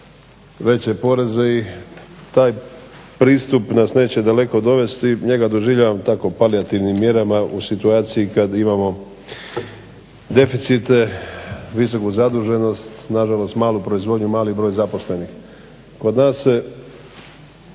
veće poreze i taj pristup nas neće daleko dovesti. Njega doživljavam tako palijativnim mjerama u situaciji kada imamo deficit, visoku zaduženost, na žalost malu proizvodnju, mali broj zaposlenih. Kod nas se